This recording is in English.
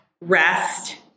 rest